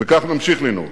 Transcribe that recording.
וכך נמשיך לנהוג.